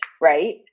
Right